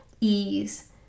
ease